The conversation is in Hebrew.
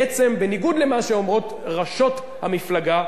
בעצם בניגוד למה שאומרות רָאשות המפלגה,